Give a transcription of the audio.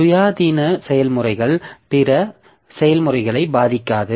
சுயாதீன செயல்முறைகள் பிற செயல்முறைகளை பாதிக்காது